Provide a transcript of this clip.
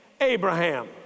Abraham